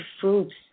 fruits